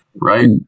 right